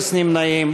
נא להצביע.